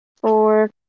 four